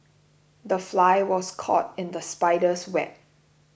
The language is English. the fly was caught in the spider's web